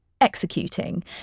executing